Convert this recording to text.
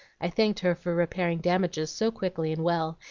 i thanked her for repairing damages so quickly and well,